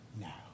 now